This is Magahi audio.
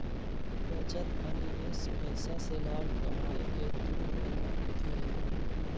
बचत आ निवेश पैसा से लाभ कमाय केँ दु प्रमुख विधि हइ